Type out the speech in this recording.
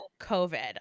COVID